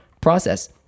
process